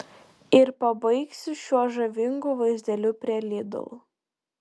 ir pabaigsiu šiuo žavingu vaizdeliu prie lidl